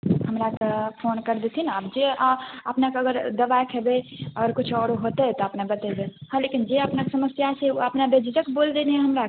हमरा तऽ फोन करलेथिन आब जे अपनेके अगर दबाइ खेबै आओर किछु आओर हेतै तऽ अपने बतैबे हँ लेकिन जे अपनेके समस्या छै से अपने बेझिझक बोल देबै हमराके